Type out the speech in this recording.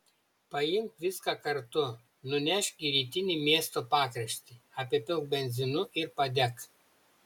paimk viską kartu nunešk į rytinį miesto pakraštį apipilk benzinu ir padek